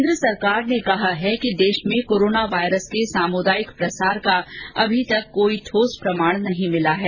केन्द्र सरकार ने कहा है कि देश में कोरोना वायरस के सामुदायिक प्रसार का अभी तक कोई ठोस प्रमाण नहीं मिला है